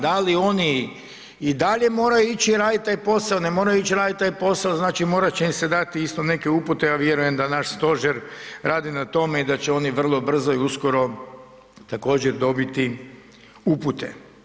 Da li oni i dalje moraju ići raditi taj posao, ne moraju ići raditi taj posao, znači morat će im se dati isto neke upute, ja vjerujem da naš stožer radi na tome i da će oni vrlo brzo i uskoro također dobiti upute.